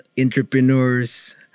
entrepreneurs